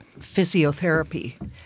physiotherapy